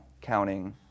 counting